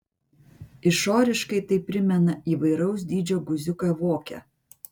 išoriškai tai primena įvairaus dydžio guziuką voke